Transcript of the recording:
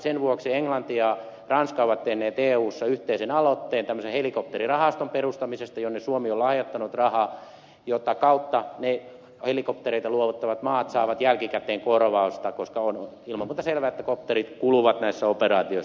sen vuoksi englanti ja ranska ovat tehneet eussa yhteisen aloitteen tämmöisen helikopterirahaston perustamisesta jonne suomi on lahjoittanut rahaa ja jota kautta helikoptereita luovuttavat maat saavat jälkikäteen korvausta koska on ilman muuta selvää että kopterit kuluvat näissä operaatioissa